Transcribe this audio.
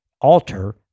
alter